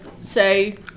say